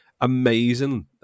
amazing